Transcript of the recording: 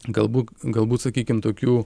galbūt galbūt sakykim tokių